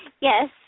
Yes